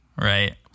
right